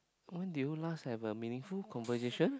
when did you last have a meaningful conversation